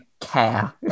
care